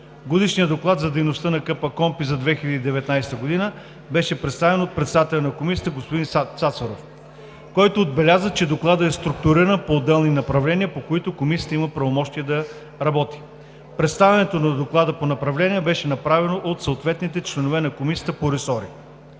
придобитото имущество за 2019 г. беше представен от председателя на Комисията господин Сотир Цацаров, който отбеляза, че Докладът е структуриран по отделни направления, по които Комисията има правомощия да работи. Представянето на Доклада по направления беше направено от съответните членове на Комисията по ресори.